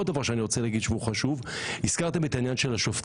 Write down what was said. עוד דבר חשוב שאני רוצה להגיד הזכרתם את העניין של השופטים,